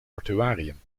mortuarium